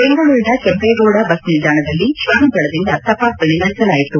ದೆಂಗಳೂರಿನ Kempegowda bus ನಿಲ್ದಾಣದಲ್ಲಿ ಶ್ವಾನದಳದಿಂದ ತಪಾಸಣೆ ನಡೆಸಲಾಯಿತು